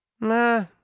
Nah